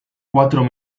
cuatro